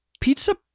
Pizza